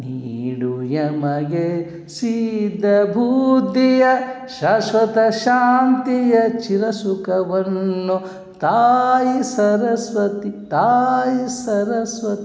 ನೀಡು ಎಮಗೆ ಸಿದ್ಧಿ ಬುದ್ಧಿಯ ಶಾಶ್ವತ ಶಾಂತಿಯ ಚಿರಸುಖವನ್ನು ತಾಯಿ ಸರಸ್ವತಿ ತಾಯಿ ಸರಸ್ವತಿ